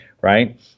right